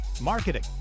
marketing